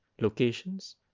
locations